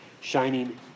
shining